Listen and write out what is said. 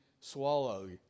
swallow